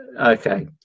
Okay